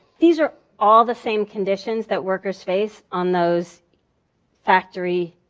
these are all the same conditions that workers face on those factory,